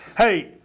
Hey